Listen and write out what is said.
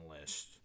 list